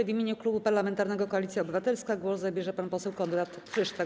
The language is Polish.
W imieniu Klubu Parlamentarnego Koalicja Obywatelska głos zabierze pan poseł Konrad Frysztak.